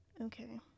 Okay